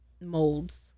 molds